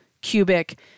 cubic